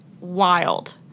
wild